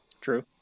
True